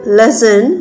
lesson